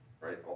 right